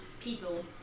people